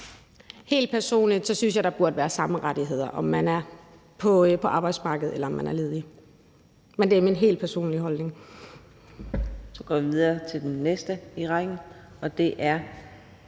Helt personligt synes jeg, der burde være samme rettigheder, om man er på arbejdsmarkedet, eller om man er ledig. Men det er min helt personlige holdning. Kl. 15:35 Fjerde næstformand (Karina